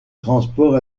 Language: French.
transport